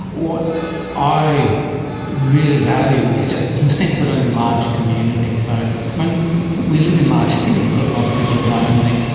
what i really value is just the sense of an enlarged community. so and we live in large cities but a lot of people are lonely.